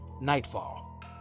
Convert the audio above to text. Nightfall